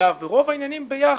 אגב, ברוב העניינים הם עובדים יחד.